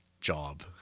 job